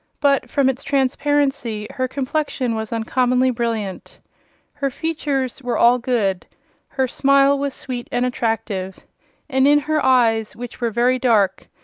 but, from its transparency, her complexion was uncommonly brilliant her features were all good her smile was sweet and attractive and in her eyes, which were very dark,